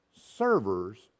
servers